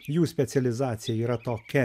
jų specializacija yra tokia